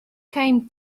came